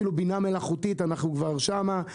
אפילו בינה מלאכותית אנחנו כבר שם,